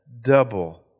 double